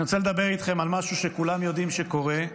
אני רוצה לדבר איתכם על משהו שכולם יודעים שקורה,